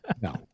No